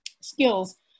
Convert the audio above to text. skills